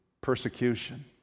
persecution